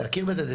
להכיר בזה,